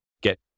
get